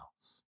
else